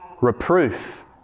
Reproof